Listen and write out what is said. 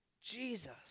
Jesus